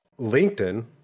linkedin